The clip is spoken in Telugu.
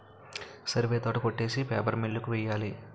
సరివే తోట కొట్టేసి పేపర్ మిల్లు కి వెయ్యాలి